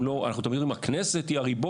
אם לא אנחנו תמיד אומרים שהכנסת היא הריבון.